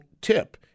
tip